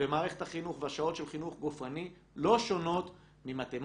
במערכת החינוך והשעות של חינוך גופני לא שונות ממתמטיקה,